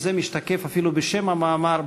וזה משתקף אפילו בשם המאמר,